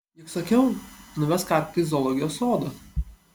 juk sakiau nuvesk arklį į zoologijos sodą